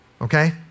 okay